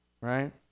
Right